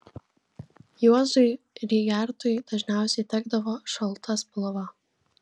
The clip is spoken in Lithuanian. juozui rygertui dažniausiai tekdavo šalta spalva